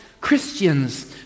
Christians